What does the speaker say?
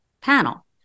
panel